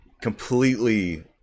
completely